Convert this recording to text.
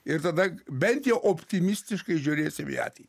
ir tada bent jau optimistiškai žiūrėsim į ateitį